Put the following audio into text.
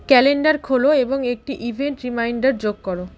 calendar খোলো এবং একটি ইভেন্ট রিমাইন্ডার যোগ করো